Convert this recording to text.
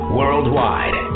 worldwide